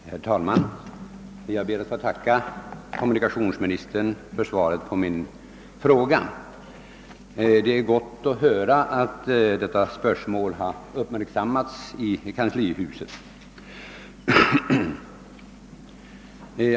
Herr talman! Jag ber att få tacka kommunikationsministern för svaret på min fråga. Det är gott att höra att detta spörsmål har uppmärksammats i kanslihuset.